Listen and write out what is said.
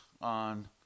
on